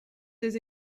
des